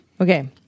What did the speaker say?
Okay